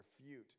refute